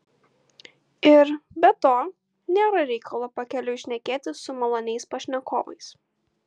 ir be to nėra reikalo pakeliui šnekėtis su maloniais pašnekovais